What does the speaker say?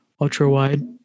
ultra-wide